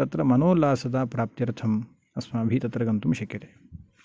तत्र मनोल्लासता प्राप्त्यर्थं अस्माभिः तत्र गन्तुं शक्यते